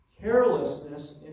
carelessness